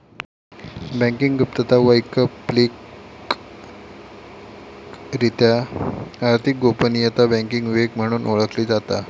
banking गुप्तता, वैकल्पिकरित्या आर्थिक गोपनीयता, बँकिंग विवेक म्हणून ओळखली जाता